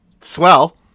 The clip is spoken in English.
Swell